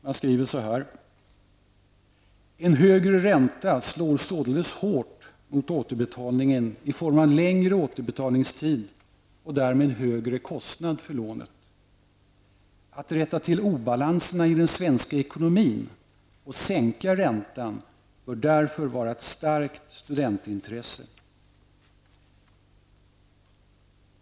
Man skriver så här: ''En högre ränta slår således hårt mot återbetalningen i form av längre återbetalningstid och därmed högre kostnad för lånet. Att rätta till obalanserna i den svenska ekonomin och sänka räntan bör därför vara ett starkt studentintresse.''